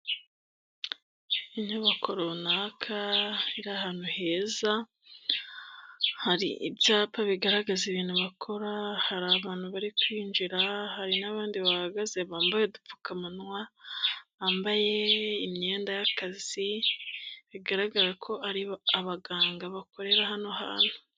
Inyubako runaka iri ahantu heza, hari ibyapa bigaragaza ibintu bakora, hari abantu bari kwinjira, hari n'abandi bahagaze bambaye udupfukamunwa, bambaye imyenda y'akazi, bigaragara ko ari abaganga, bakorera hano hantu.